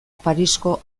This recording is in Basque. parisko